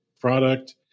product